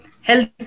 health